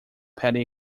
petty